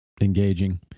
engaging